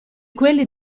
quelli